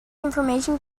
information